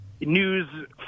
news